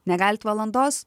negalit valandos